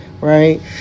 right